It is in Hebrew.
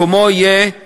מקומו יהיה בהשעיה,